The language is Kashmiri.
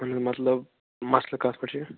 وَنُن مطلب مسلہٕ کتھ پٮ۪ٹھ چھُ